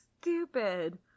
stupid